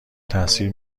تاثیر